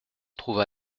trouva